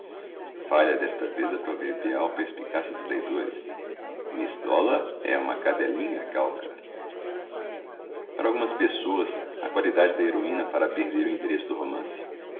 falha desta vez a proverbial perspicácia dos leitores miss dollar é uma cadelinha galga para algumas pessoas a qualidade da heroína fará perder o interesse do romance